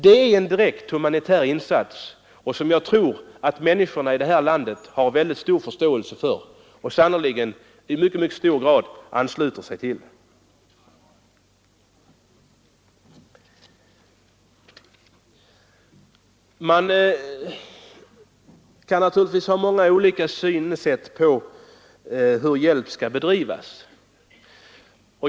Det är en direkt humanitär insats, som jag tror att människorna i det här landet har mycket stor förståelse för och sannerligen i mycket stor utsträckning ansluter sig till. Man kan naturligtvis ha många olika synpunkter på hur hjälpen skall bedrivas.